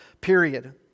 period